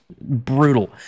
brutal